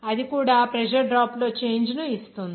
అది కూడా pressure drop లో చేంజ్ ను ఇస్తుంది